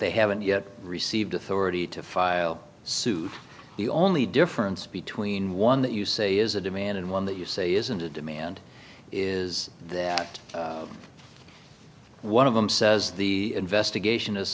they haven't yet received authority to file suit the only difference between one that you say is a demand and one that you say isn't a demand is that one of them says the investigation is